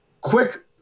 Quick